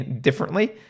differently